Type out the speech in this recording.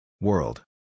World